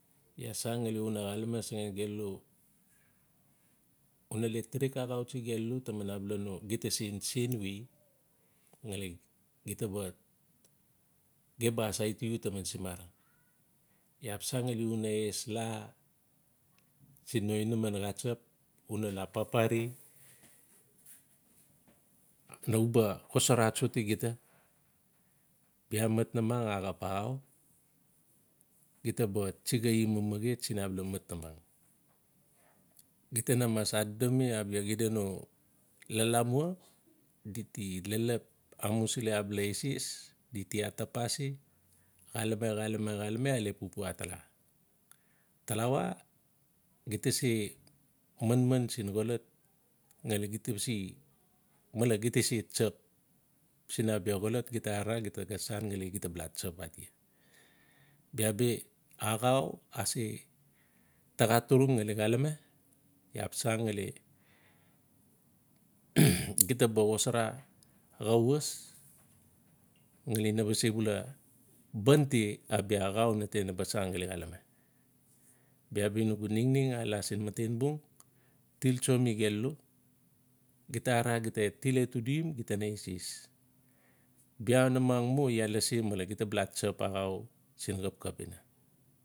Iaa san ngali una xalame sanan gelu, u na le tirik axautsi gelu taman abala no, gita sen-sen we? Ngali gita ba, gem ba asaiti iu taman semara. Iaa xap san ngali una ess la sin no inaman xatsap u na la papare. naba xosara atsoti gita. Bia mat namang axap axau. Gita ba tssi gai mamaet, siin abalo mat namang. Gita na mas adodomi xida no la lamua, di ti leplep amusili bia bala eses. Di ti atapasi xalame-xalame-axlame, ale pupua atala. Talawe gita se po manman siiin xolot ngali gita ba se male gita se tsap, siin abia xolot gita arara ta san ngali la tsap atia. Bia bi axau ase taxa turung ngali xalame. Iaa xap san ngali gita ba xosara xa was ngali naba sebula banti abia axau na te naba sang ngali xalami. Bia bi nugu ningning ala siin matenbung, tiltso mi gelu, gita arara gita til etudim gita na eses. Bia nameng mu iaa lasi male, gita ba ta so tsap axau siin xapxap ina.